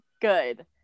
Good